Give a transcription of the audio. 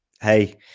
hey